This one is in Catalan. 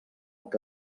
que